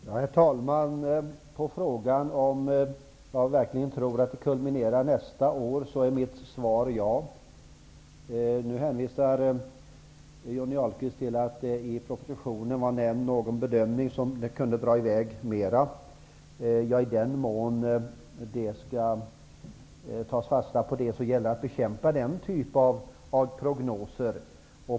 Herr talman! På frågan om jag verkligen tror att arbetslösheten kulminerar nästa år är mitt svar ja. Johnny Ahlqvist hänvisar till att det i propositionen fanns en bedömning att det kunde dra i väg längre. I den mån man skall ta fasta på det, gäller det att bekämpa den typen av prognoser.